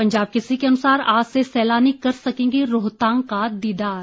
पंजाब केसरी के अनुसार आज से सैलानी कर सकेंगे रोहतांग का दीदार